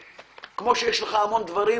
כמו שיש לך המון דברים